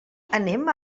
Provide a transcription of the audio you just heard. anem